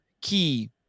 key